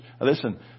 listen